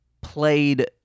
played